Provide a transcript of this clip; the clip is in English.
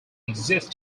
exist